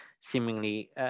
seemingly